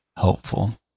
helpful